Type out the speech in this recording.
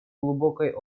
глубокой